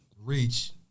Reach